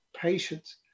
patience